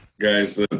guys